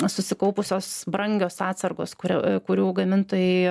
susikaupusios brangios atsargos kur kurių gamintojai